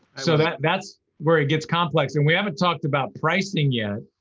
so that's that's where it gets complex, and we haven't talked about pricing yet,